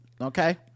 okay